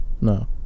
No